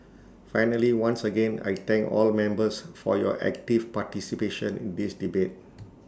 finally once again I thank all members for your active participation in this debate